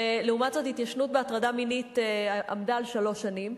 ולעומת זאת התיישנות בהטרדה מינית עמדה על שלוש שנים.